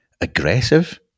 aggressive